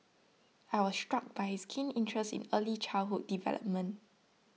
I was struck by his keen interest in early childhood development